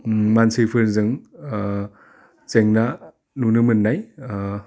उम मानसिफोरजों जेंना नुनो मोननाय